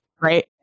right